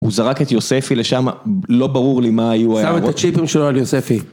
הוא זרק את יוספי לשם, לא ברור לי מה היו ההערות. - שם את הצ'יפים שלו על יוספי.